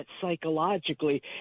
psychologically